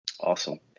Awesome